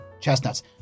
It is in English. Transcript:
chestnuts